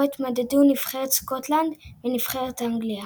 ובו התמודדו נבחרת סקוטלנד ונבחרת אנגליה.